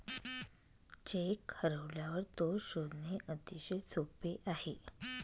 check हरवल्यावर तो शोधणे अतिशय सोपे आहे